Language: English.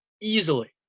easily